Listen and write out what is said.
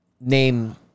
name